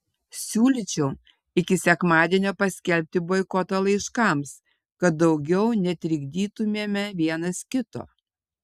siūlyčiau iki sekmadienio paskelbti boikotą laiškams kad daugiau netrikdytumėme vienas kito